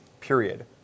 Period